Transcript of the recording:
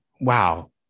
Wow